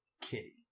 Kitty